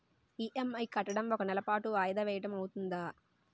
EMI కట్టడం ఒక నెల పాటు వాయిదా వేయటం అవ్తుందా?